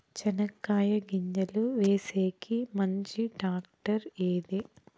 చెనక్కాయ గింజలు వేసేకి మంచి టాక్టర్ ఏది?